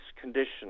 condition